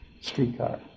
Streetcar